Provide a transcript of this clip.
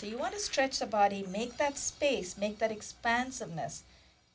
so you want to stretch the body to make that space make that expansiveness